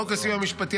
חוק הסיוע המשפטי,